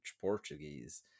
Portuguese